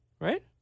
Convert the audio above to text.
right